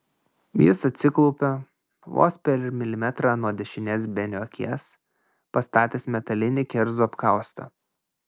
jis atsiklaupė vos per milimetrą nuo dešinės benio akies pastatęs metalinį kerzų apkaustą